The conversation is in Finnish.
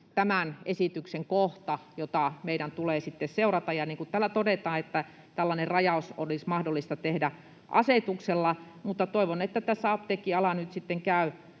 tämän esityksen se kohta, jota meidän tulee seurata, ja niin kuin täällä todetaan, tällainen rajaus olisi mahdollista tehdä asetuksella. Mutta toivon, että tässä apteekkiala nyt käy